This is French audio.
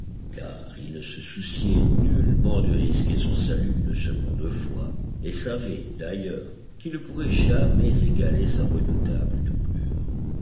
car il ne se souciait nullement de risquer son salut une seconde fois et savait d'ailleurs qu'il ne pourrait jamais égaler sa redoutable doublure